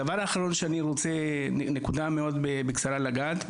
הדבר האחרון שאני רוצה בנקודה מאוד קצרה לגעת,